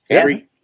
Three